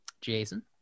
Jason